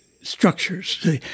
structures